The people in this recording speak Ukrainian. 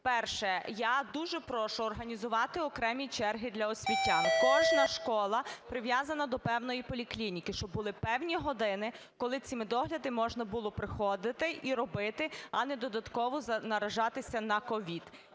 Перше. Я дуже прошу організувати окремі черги для освітян. Кожна школа прив'язана до певної поліклініки, щоб були певні години, коли медогляди можна було б приходити, а не додатково наражатися на СOVID.